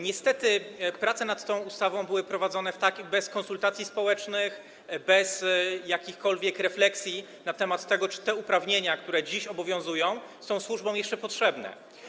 Niestety prace nad tą ustawą były prowadzone bez konsultacji społecznych, bez jakichkolwiek refleksji na temat tego, czy te uprawnienia, które dziś obowiązują, są służbom jeszcze potrzebne.